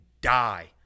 die